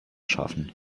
schaffen